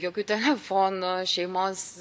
jokių telefonų šeimos